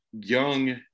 young